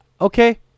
Okay